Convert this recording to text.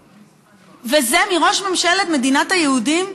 וזה, מראש ממשלת מדינת היהודים?